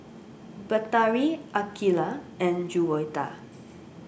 Batari Aqeelah and Juwita